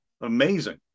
amazing